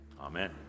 Amen